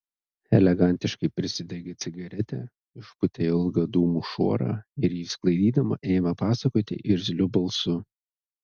elegantiškai prisidegė cigaretę išpūtė ilgą dūmų šuorą ir jį sklaidydama ėmė pasakoti irzliu balsu